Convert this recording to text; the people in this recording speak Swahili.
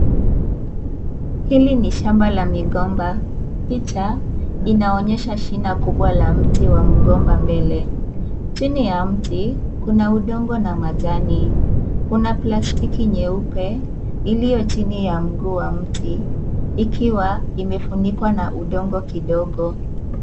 Hili ni shamba la migomba. Picha, inaonyesha shina kubwa la mti wa mgomba mbele. Chini ya mti, kuna udongo na majani. Kuna plastiki nyeupe, iliyo chini ya mguu wa mti, ikiwa imefunikwa na udongo kidogo.